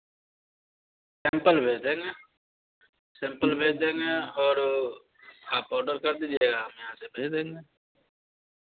sample भेज देना sample भेज देना और आप ऑर्डर कर दीजिएगा हम यहाँ से भेज देंगे